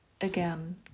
again